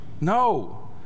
no